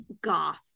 goth